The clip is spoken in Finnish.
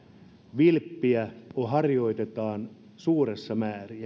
vilppiä harjoitetaan suuressa määrin